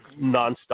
nonstop